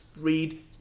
read